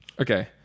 Okay